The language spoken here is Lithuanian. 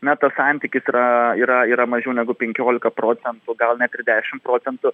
na tas santykis yra yra yra mažiau negu penkiolika procentų gal net ir dešim procentų